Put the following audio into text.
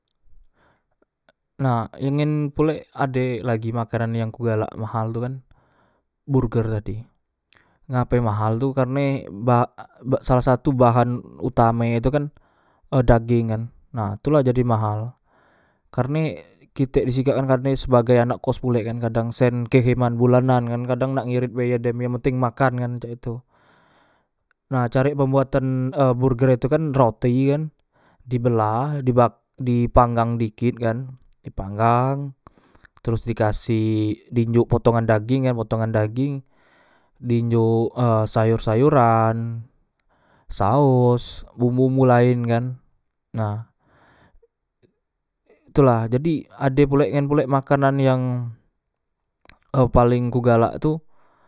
Nah yang ngen pulek ade lagi makanan yang ku galak mahal tu kan burger tadi ngape mahal tu karne ba salah satu bahan utame tu kan e dageng kan na tu la jadi mahal karne kitek di sikak kan karne sebagai anak kos pulek kan kadang sen keheman bulanan kan kadang nak ngeret biaya dem yang penteng makan kan cak tu nah carek pembuatan e burger e tu kan roti kan dibelah dipanggang dikit kan dipanggang teros dikasih di njok potongan dageng kan potongan dageng di njok e sayor sayoran saos bumbu bumbu laen kan nah tu la jadi ade pulek yang ngen pulek makanan paleng ku galak tu